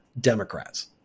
Democrats